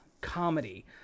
comedy